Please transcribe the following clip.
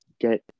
get